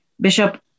Bishop